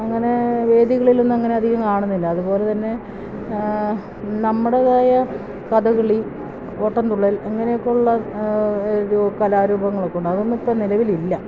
അങ്ങനെ വേദികളിലൊന്നും അങ്ങനെ അധികം കാണുന്നില്ല അതുപോലെ തന്നെ നമ്മുടേതായ കഥകളി ഓട്ടന്തുള്ളൽ അങ്ങനെയൊക്കെയുള്ള കലാരൂപങ്ങളൊക്കെയുണ്ട് അതൊന്നും ഇപ്പോള് നിലവിലില്ല